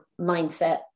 mindset